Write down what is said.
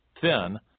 thin